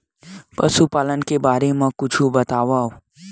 पशुपालन के बारे मा कुछु बतावव?